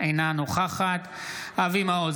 אינה נוכחת אבי מעוז,